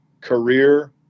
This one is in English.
career